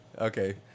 okay